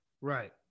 Right